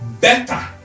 better